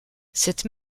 cette